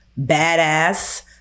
badass